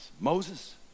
Moses